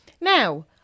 now